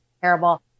terrible